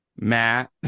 Matt